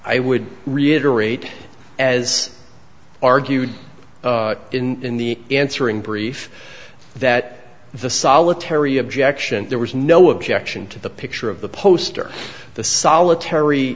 i would reiterate as argued in the answering brief that the solitary objection there was no objection to the picture of the poster the solitary